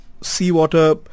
seawater